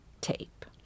tape